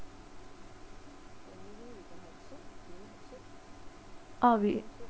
oh we